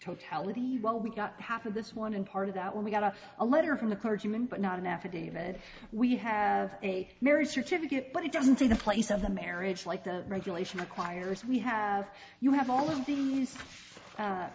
totality while we got half of this one and part of that when we got a letter from the clergyman but not an affidavit we have a marriage certificate but it doesn't take the place of a marriage like the regulation requires we have you have all of these